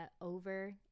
over